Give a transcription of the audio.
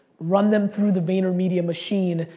run them through the vaynermedia machine,